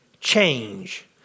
change